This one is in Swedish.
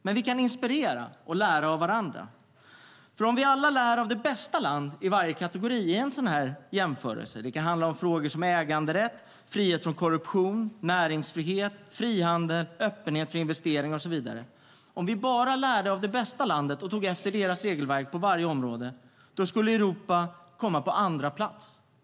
Men vi kan inspirera och lära av varandra. Det kan handla om frågor som äganderätt, frihet från korruption, näringsfrihet, frihandel, öppenhet för investeringar och så vidare. Om vi alla bara lärde av det bästa landet i varje kategori i en sådan här jämförelse och tog efter deras regelverk på varje område skulle Europa komma på andra plats.